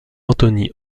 anthony